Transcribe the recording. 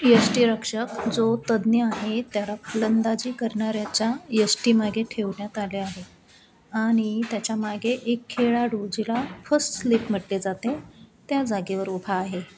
यष्टीरक्षक जो तज्ञ आहे त्याला फलंदाजी करणाऱ्याच्या यष्टीमागे ठेवण्यात आले आहे आणि त्याच्यामागे एक खेळाडू जिला फस्ट स्लीप म्हटले जाते त्या जागेवर उभा आहे